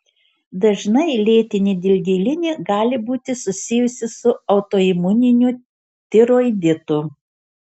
dažnai lėtinė dilgėlinė gali būti susijusi su autoimuniniu tiroiditu